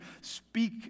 Speak